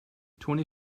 twenty